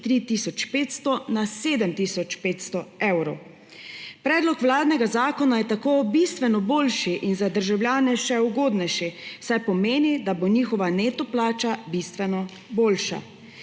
500 na 7 tisoč 500 evrov. Predlog vladnega zakona je tako bistveno boljši in za državljane še ugodnejši, saj pomeni, da bo njihova neto plača bistveno boljša.